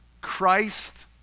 Christ